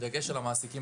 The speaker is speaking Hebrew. בדגש על המעסיקים